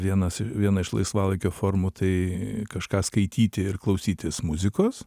vienas viena iš laisvalaikio formų tai kažką skaityti ir klausytis muzikos